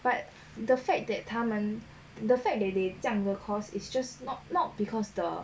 but the fact that 他们 the fact that they 将 the cost it's just not not because the